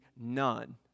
none